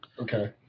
Okay